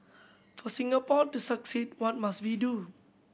for Singapore to succeed what must we do